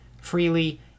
freely